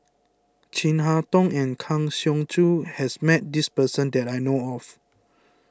Chin Harn Tong and Kang Siong Joo has met this person that I know of